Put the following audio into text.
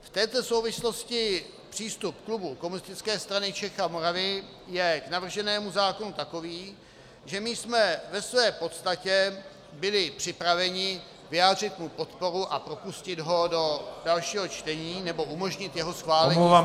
V této souvislosti přístup klubu Komunistické strany Čech a Moravy je k navrženému zákonu takový, že my jsme ve své podstatě byli připraveni vyjádřit mu podporu a propustit ho do dalšího čtení, nebo umožnit jeho schválení zde